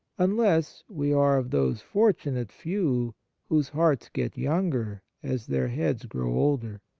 unless we are of those fortunate few whose hearts get younger as their heads grow older.